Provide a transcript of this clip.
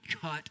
cut